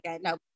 no